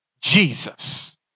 Jesus